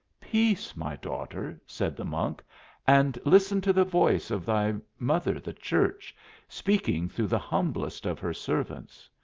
peace, my daughter, said the monk and listen to the voice of thy mother the church speaking through the humblest of her servants.